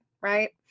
right